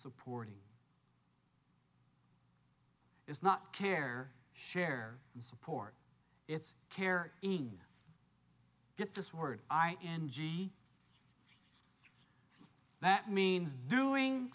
supporting is not care share support it's care in get this word i n g that means doing